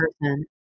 person